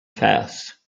pass